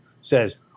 says